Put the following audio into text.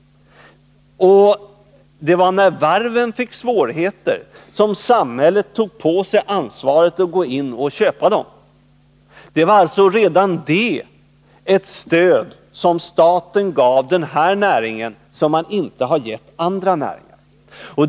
Det var när varven fick svårigheter som samhället tog på sig ansvaret och gick in och köpte dem. Det var alltså redan det ett stöd som staten gav den här näringen men som man inte gett andra näringar.